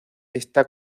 está